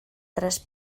tres